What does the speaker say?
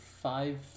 five